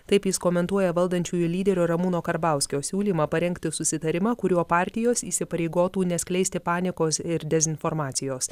taip jis komentuoja valdančiųjų lyderio ramūno karbauskio siūlymą parengti susitarimą kuriuo partijos įsipareigotų neskleisti paniekos ir dezinformacijos